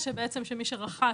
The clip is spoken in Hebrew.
מלכתחילה,